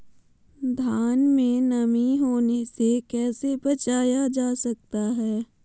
धान में नमी होने से कैसे बचाया जा सकता है?